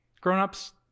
grown-ups